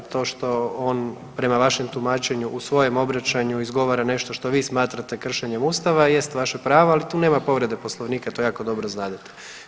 To što on prema vašem tumačenju u svojem obraćanju izgovara nešto što vi smatrate kršenjem ustava jest vaše pravo, ali tu nema povrede Poslovnika, to jako dobro znadete.